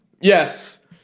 Yes